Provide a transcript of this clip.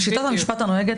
זה תלוש,